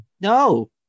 No